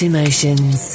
Emotions